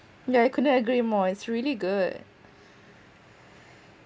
ya I couldn't agree more it's really good